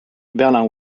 berlin